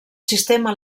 sistema